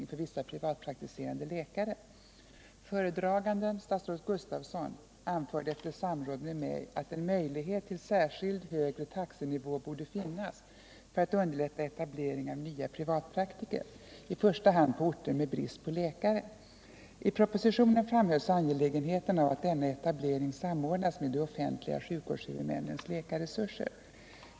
Föredraganden, statsrådet Gustavsson, anförde efter samråd med mig att en möjlighet till särskild högre taxenivå borde finnas för att underlätta etablering av nya privatpraktiker i första hand på orter med brist på läkare. I propositionen framhölls angelägenheten av att denna etablering samordnas med de offentliga sjukvårdshuvudmännens läkarresurser.